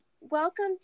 Welcome